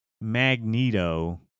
Magneto